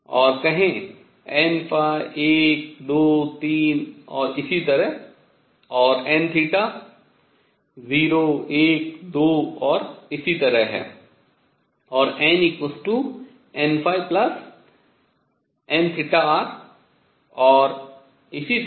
और कहें n123 और इसी तरह और n012 और इसी तरह है और nnn और इसी तरह